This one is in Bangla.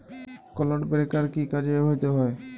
ক্লড ব্রেকার কি কাজে ব্যবহৃত হয়?